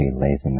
laziness